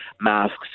masks